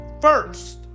first